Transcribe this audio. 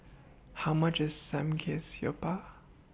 How much IS Samgeyopsal